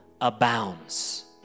abounds